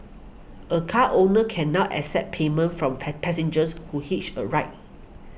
a car owner can now accept payment from pie passengers who hitch a ride